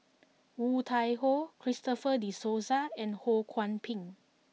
Woon Tai Ho Christopher De Souza and Ho Kwon Ping